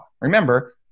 Remember